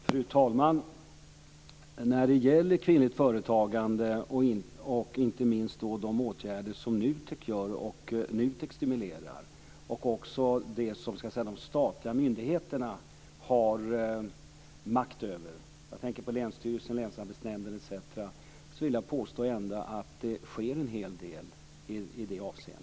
Fru talman! Jag vill påstå att det sker en hel del när det gäller kvinnligt företagande och inte minst åtgärder som NUTEK vidtar för att stimulera företagandet, och det gäller också det som de statliga myndigheterna har makt över, t.ex. länsstyrelsen och länsarbetsnämnden.